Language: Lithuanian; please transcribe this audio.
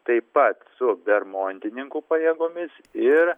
taip pat su bermontininkų pajėgomis ir